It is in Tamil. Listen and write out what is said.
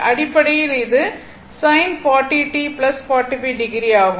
அடிப்படையில் இது sin 40 t 45o ஆகும்